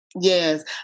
Yes